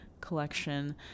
Collection